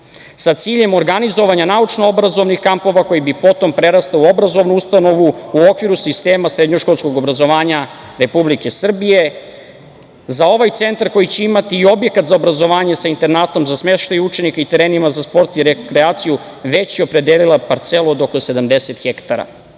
sa ciljem organizovanja naučno-obrazovnih kampova koji bi potom prerastao u obrazovnu ustanovu u okviru sistema srednjoškolskog obrazovanja Republike Srbije. Za ovaj centar koji će imati i objekat za obrazovanje sa internatom za smeštaj učenika i terenima za sport i rekreaciju već je opredelila parcelu od oko 70 hektara. Ovo